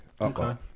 Okay